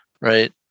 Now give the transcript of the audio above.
right